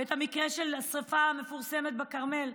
ואת המקרה של השרפה המפורסמת בכרמל?